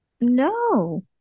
no